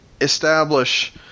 establish